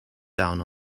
down